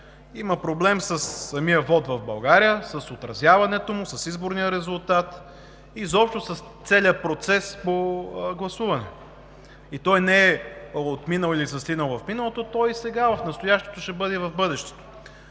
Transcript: има проблем със самия вот в България, с отразяването му, с изборния резултат, изобщо с целия процес по гласуване. Той не е отминал или застинал в миналото. Той е сега – в настоящето, ще бъде и в бъдещето.